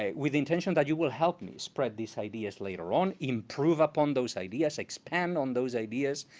ah with intention that you will help me spread these ideas later on, improve upon those ideas, expand on those ideas.